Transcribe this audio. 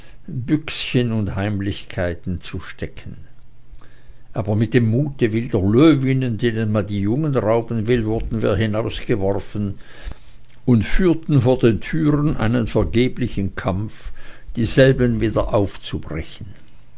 büchschen und heimlichkeiten zu stecken aber mit dem mute wilder löwinnen denen man die jungen rauben will wurden wir hinausgeworfen und führten vor den türen einen vergeblichen kampf dieselben wieder aufzubrechen